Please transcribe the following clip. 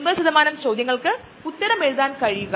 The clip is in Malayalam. അതോടൊപ്പം അതിന്ടെ പൊട്ടൻഷ്യൽ വേഗം മനസിലാക്കപ്പെട്ടു